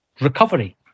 recovery